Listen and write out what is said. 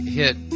hit